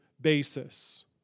basis